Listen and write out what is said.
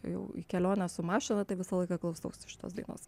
jau į kelionę su mašina tai visą laiką klausausi šitos dainos